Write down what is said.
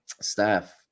staff